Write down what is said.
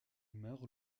meurt